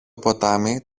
ποτάμι